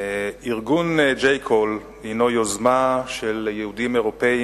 ארגון J Call הינו יוזמה של יהודים אירופים